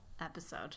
episode